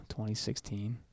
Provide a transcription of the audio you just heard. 2016